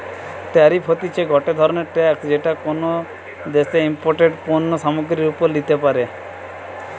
tariff হতিছে গটে ধরণের ট্যাক্স যেটি কোনো দ্যাশে ইমপোর্টেড পণ্য সামগ্রীর ওপরে লিতে পারে